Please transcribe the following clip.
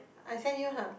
I sent you ha